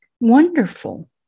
Wonderful